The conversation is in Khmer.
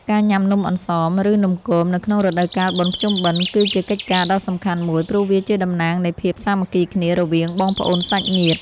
ការញ៉ាំនំអន្សម ឬនំគមនៅក្នុងរដូវកាលបុណ្យភ្ជុំបិណ្ឌ គឺជាកិច្ចការដ៏សំខាន់មួយ ព្រោះវាជាតំណាងនៃភាពសាមគ្គីគ្នារវាងបងប្អូនសាច់ញាតិ។